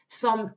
som